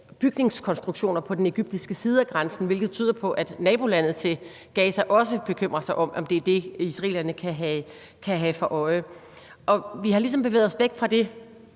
bygningskonstruktioner på den egyptiske side af grænsen, hvilket tyder på, at nabolandet til Gaza også bekymrer sig om, om det er det, israelerne kan have i sinde. Vi har ligesom bevæget os væk fra det